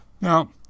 Now